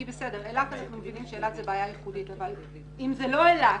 אילת אנחנו מבינים זה בעיה ייחודית אבל אם זה לא אילת.